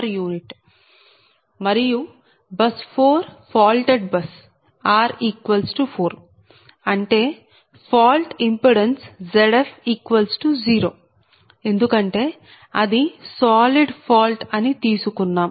u మరియు bus 4 faulted bus r 4 అంటే fault impedance Zf0 ఎందుకంటే అది సాలిడ్ ఫాల్ట్ అని తీసుకున్నాం